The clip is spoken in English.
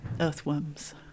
earthworms